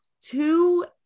two